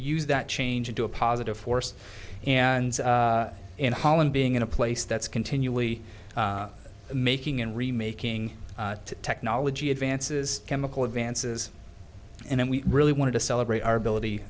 use that change into a positive force and in holland being in a place that's continually making and remaking technology advances chemical advances and we really wanted to celebrate our ability